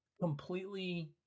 completely